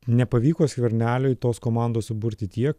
nepavyko skverneliui tos komandos suburti tiek